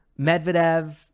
Medvedev